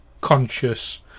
conscious